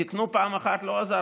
תיקנו פעם אחת, לא עזר.